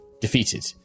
defeated